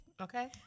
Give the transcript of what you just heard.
okay